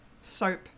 soap